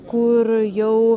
kur jau